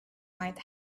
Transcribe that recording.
might